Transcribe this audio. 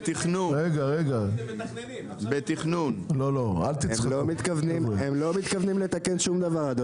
הם לא מתכוונים לתקן שום דבר.